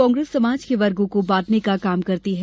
कांग्रेस समाज के वर्गों को बांटने का काम करती है